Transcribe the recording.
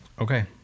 okay